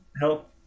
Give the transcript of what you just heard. help